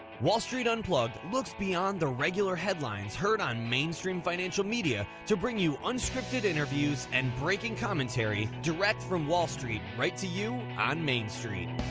wall street unplugged looks beyond the regular headlines heard on mainstream financial media to bring you unscripted interviews and breaking commentary direct from wall street right to you on main